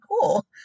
cool